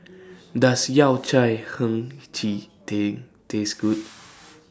Does Yao Cai Hei Ji Tang Taste Good